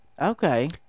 Okay